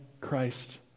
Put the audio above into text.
Christ